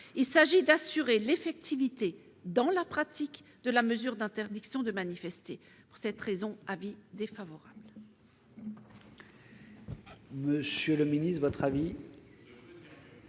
Il s'agit donc d'assurer l'effectivité, dans la pratique, de la mesure d'interdiction de manifester. Pour cette raison, la